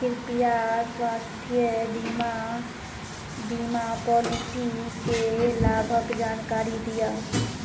कृपया स्वास्थ्य बीमा बीमा पॉलिसीके लाभके जानकारी दिअऽ